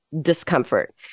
discomfort